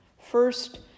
First